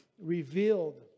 revealed